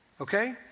Okay